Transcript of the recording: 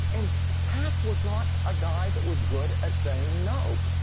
and taft was not a guy that was good at saying no.